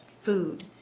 food